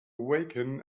awaken